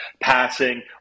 passing